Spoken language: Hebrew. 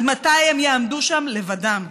עד מתי הם יעמדו שם לבדם?